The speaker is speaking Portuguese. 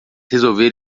resolver